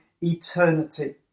eternity